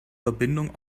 verbindung